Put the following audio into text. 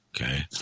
Okay